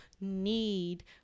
need